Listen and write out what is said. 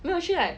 没有去 like